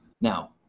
Now